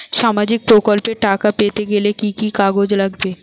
সামাজিক প্রকল্পর টাকা পেতে গেলে কি কি কাগজ লাগবে?